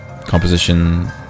composition